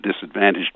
disadvantaged